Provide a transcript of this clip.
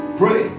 pray